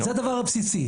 זה הדבר הבסיסי.